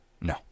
No